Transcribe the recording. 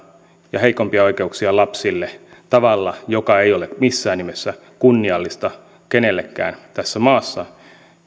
ja heikompia oikeuksia lapsille tavalla joka ei ole missään nimessä kunniallista kenellekään tässä maassa